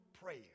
prayer